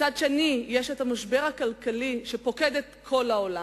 שני יש המשבר הכלכלי שפוקד את כל העולם.